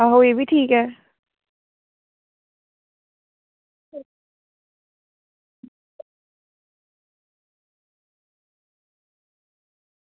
आहो एह्बी ठीक ऐ